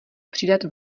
přidat